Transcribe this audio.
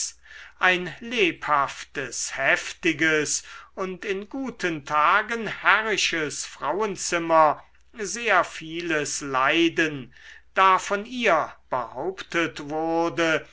ein lebhaftes heftiges und in guten tagen herrisches frauenzimmer sehr vieles leiden da von ihr behauptet wurde